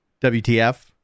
WTF